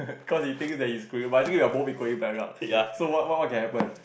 cause he thinks that it's going but it's actually we're both equally bankrupt so what what what can happen